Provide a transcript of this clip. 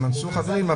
מנסור חברים,